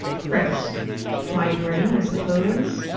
chris my brain, i suppose.